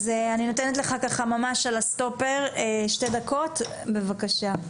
אז אני נותנת לך, ממש על הסטופר, שתי דקות, בבקשה.